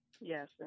Yes